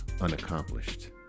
unaccomplished